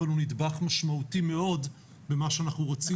אבל הוא נדבך משמעותי מאוד במה שאנחנו רוצים